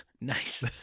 Nice